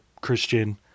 christian